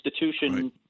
institution